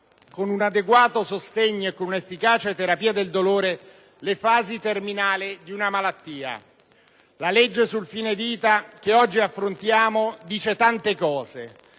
con un adeguato sostegno e con una efficace terapia del dolore, le fasi terminali di una malattia. La legge sul fine vita che oggi affrontiamo dice tante cose: